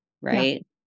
Right